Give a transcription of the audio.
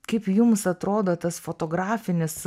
kaip jums atrodo tas fotografinis